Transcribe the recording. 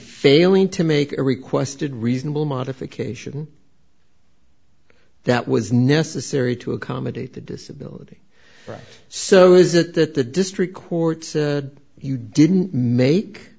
failing to make a requested reasonable modification that was necessary to accommodate the disability rights so is it that the district court said you didn't make